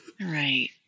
right